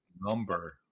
number